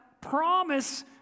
promise